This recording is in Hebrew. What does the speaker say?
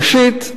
ראשית,